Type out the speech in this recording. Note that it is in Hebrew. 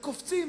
לקופצים